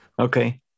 Okay